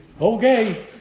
Okay